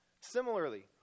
Similarly